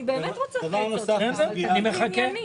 אני מחכה.